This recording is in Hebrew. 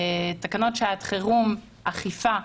תקנות שעת חירום אכיפה,